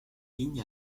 ligne